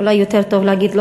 אולי יותר טוב להגיד,